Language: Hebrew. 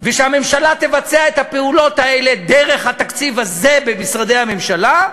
ושהממשלה תבצע את הפעולות האלה דרך התקציב הזה במשרדי הממשלה,